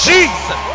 Jesus